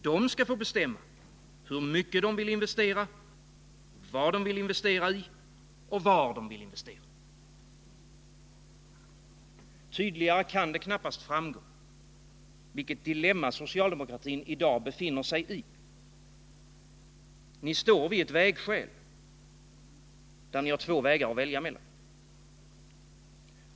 De skall få bestämma hur mycket de vill investera, vad de vill investera i och var de vill investera. Tydligare kan det knappast framgå vilket dilemma socialdemokratin i dag befinner sig i. Ni står vid ett vägskäl, där ni har två vägar att välja mellan.